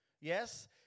yes